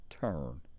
Turn